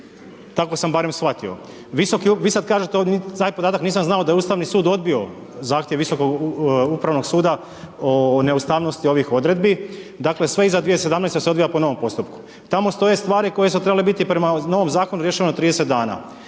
tako sam barem shvatio. Vi sada kažete ovdje, taj podatak nisam znao da je Ustavni sud odbio zahtjev Visokog upravnog suda o neustavnosti ovih odredbi, dakle sve iza 2017. se odvija po novom postupku. Tamo stoje stvari koje su trebale biti prema novom zakonu riješeno u 30 dana.